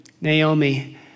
Naomi